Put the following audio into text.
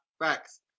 Facts